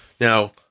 Now